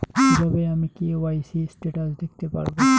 কিভাবে আমি KYC status দেখতে পারবো?